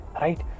Right